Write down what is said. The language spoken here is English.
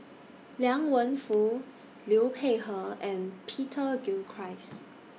Liang Wenfu Liu Peihe and Peter Gilchrist